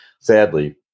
sadly